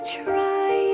try